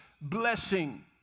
blessing